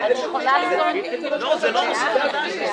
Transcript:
זה לא נושא חדש.